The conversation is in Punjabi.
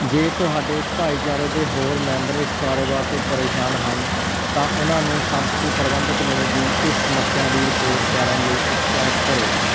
ਜੇ ਤੁਹਾਡੇ ਭਾਈਚਾਰੇ ਦੇ ਹੋਰ ਮੈਂਬਰ ਇਸ ਕਾਰੋਬਾਰ ਤੋਂ ਪਰੇਸ਼ਾਨ ਹਨ ਤਾਂ ਉਹਨਾਂ ਨੂੰ ਸੰਪਤੀ ਪ੍ਰਬੰਧਕ ਨੂੰ ਵੀ ਇਸ ਸਮੱਸਿਆ ਦੀ ਰਿਪੋਰਟ ਕਰਨ ਲਈ ਉਤਸਾਹਿਤ ਕਰੋ